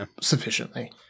sufficiently